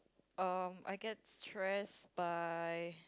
um I get stressed by